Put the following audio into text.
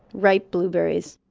ripe blueberries,